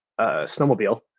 snowmobile